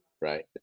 right